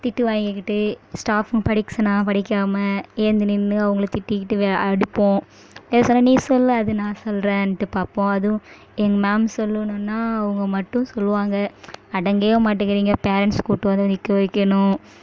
திட்டு வாங்கிக்கிட்டு ஸ்டாஃப் படிக்க சொன்னால் படிக்காமல் எழுந்து நின்று அவங்கள திட்டிக்கிட்டு வே அடிப்போம் எது சொன்னால் நீ சொல்ல அது நான் சொல்கிறேன்ட்டு பார்ப்போம் அதுவும் எங்க மேம் சொல்லணுன்னா அவங்க மட்டும் சொல்வாங்க அடங்கவே மாட்டேங்கிறீங்க பேரெண்ட்ஸ் கூப்பிட்டு வந்து நிற்க வைக்கணும்